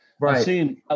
Right